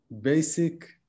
basic